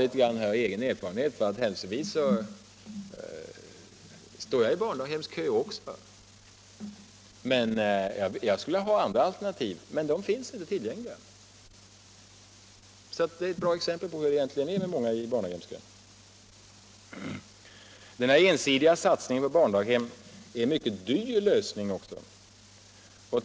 Jag talar här av egen erfarenhet; händelsevis står jag också i barndaghemskö. Jag skulle dock vilja ha andra alternativ, men det finns inte att tillgå. Jag tycker det kan vara ett exempel på hur det är för många i barndaghemskön. Denna ensidiga satsning på barndaghem är också en mycket dyr lösning.